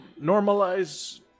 normalize